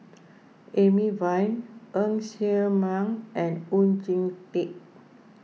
Amy Van Ng Ser Miang and Oon Jin Teik